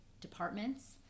departments